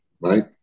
right